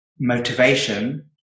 motivation